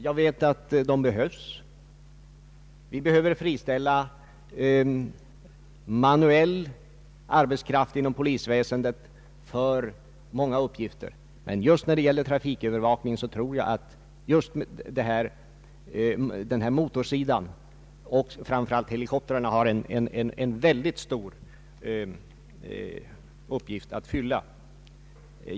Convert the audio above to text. Jag vet att personal inom polisväsendet behöver friställas för många uppgifter, och just när det gäller trafikövervakning tror jag att motorfordon och framför allt helikoptrar därvidlag har en stor uppgift att fylla.